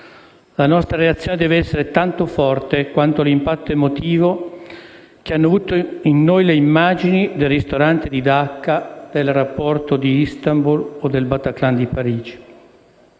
La nostra reazione deve essere tanto forte quanto l'impatto emotivo che hanno avuto in noi le immagini del ristorante di Dacca, dell'aeroporto di Istanbul, del Bataclan di Parigi.